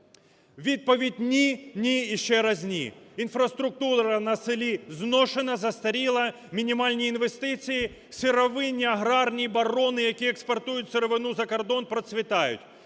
Відповідь: ні, ні і ще раз ні. Інфраструктура на селі зношена, застаріла, мінімальні інвестиції, сировинні аграрні барони, які експортують сировину за кордон, процвітають.